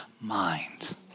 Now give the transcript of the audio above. mind